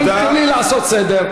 חברים, תנו לי לעשות סדר.